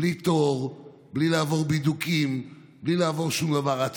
בלי תור, בלי לעבור בידוקים, בלי לעבור שום דבר.